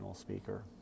speaker